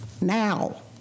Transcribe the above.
now